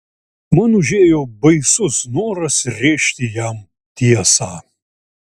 man užėjo baisus noras rėžti jam tiesą